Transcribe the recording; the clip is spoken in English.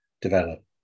develop